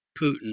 Putin